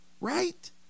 Right